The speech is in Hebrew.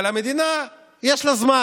אבל המדינה, יש לה זמן.